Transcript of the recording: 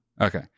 Okay